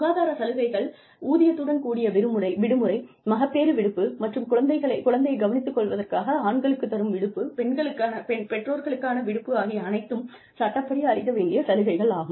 சுகாதார சலுகைகள் ஊதியத்துடன் கூடிய விடுமுறை மகப்பேறு விடுப்பு மற்றும் குழந்தையை கவனித்துக் கொள்வதற்காக ஆண்களுக்குத் தரும் விடுப்பு பெற்றோர்களுக்கான விடுப்பு ஆகிய அனைத்தும் சட்டப்படி அளிக்க வேண்டிய சலுகைகள் ஆகும்